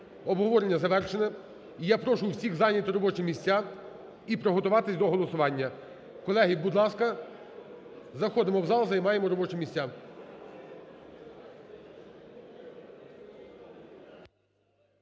Обговорення завершене, і я прошу всіх зайняти робочі місця і приготуватися до голосування. Колеги, будь ласка, заходимо в зал, займаємо робочі місця.